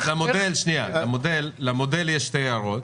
למודל יש שתי הערות.